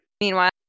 Meanwhile